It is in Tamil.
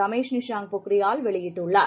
ரமேஷ் நிஷாங்க் பொக்ரியால் வெளியிட்டுள்ளார்